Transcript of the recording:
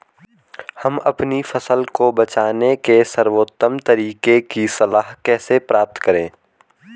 हम अपनी फसल को बचाने के सर्वोत्तम तरीके की सलाह कैसे प्राप्त करें?